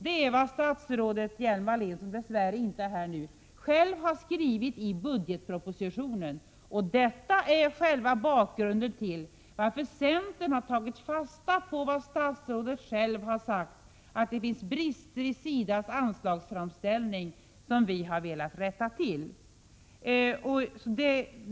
Det är vad statsrådet Hjelm-Wallén, som dess värre inte är i kammaren nu, själv har skrivit i budgetpropositionen. Och detta är bakgrunden till vår reservation. Centern har tagit fasta på vad statsrådet själv har sagt. Det finns brister i SIDA:s anslagsframställning som vi har velat rätta till.